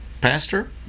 Pastor